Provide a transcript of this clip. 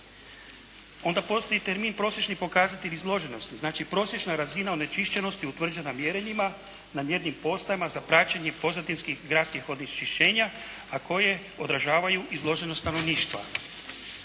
Onda postoji termin “prosječni pokazatelji složenosti“. Znači, prosječna razina onečišćenosti utvrđena mjerenjima na mjernim postajama za praćenje pozadinskih gradskih onečišćenja, a koje odražavaju izloženost stanovništva.